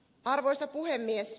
arvoisa puhemies